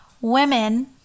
women